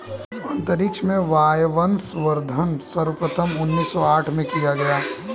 अंतरिक्ष में वायवसंवर्धन सर्वप्रथम उन्नीस सौ साठ में किया गया